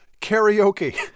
Karaoke